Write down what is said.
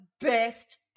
best